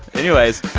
anyways,